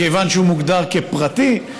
מכיוון שהוא מוגדר כפרטי,